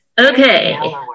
Okay